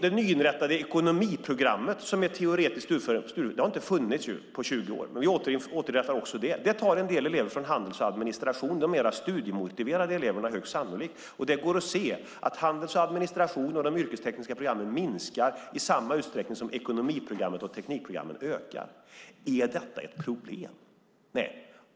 Det nyinrättade ekonomiprogrammet, som är teoretiskt studieförberedande, har inte funnits på 20 år. Vi återinrättar också det. Det tar en del elever från Handel och administration, de mer studiemotiverade eleverna högst sannolikt. Det går att se att Handel och administration och de yrkestekniska programmen minskar i samma utsträckning som ekonomiprogrammen och teknikprogrammen ökar. Är detta ett problem? Nej.